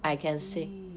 I see